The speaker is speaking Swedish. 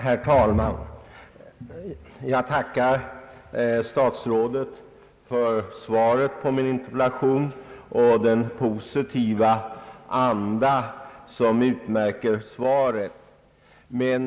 Herr talman! Jag tackar statsrådet för svaret på min interpellation och för den positiva anda som utmärker detsamma.